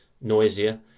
noisier